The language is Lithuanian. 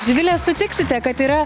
živile sutiksite kad yra